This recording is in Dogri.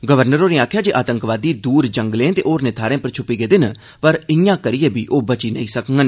गवर्नर होरें आखेआ जे आतंकवादी दूर जंगलें ते होरनें थाहरें पर छुप्पी गेदे न पर ईआं करियै बी ओह बची नेई सकडन